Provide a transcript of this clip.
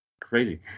crazy